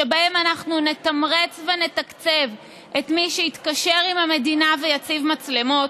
שבהן אנחנו נתמרץ ונתקצב את מי שיתקשר עם המדינה ויציב מצלמות,